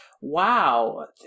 wow